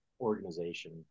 organization